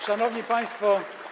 Szanowni Państwo!